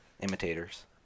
imitators